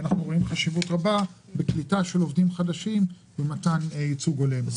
אנחנו רואים חשיבות רבה בקליטה של עובדים חדשים ומתן ייצוג הולם.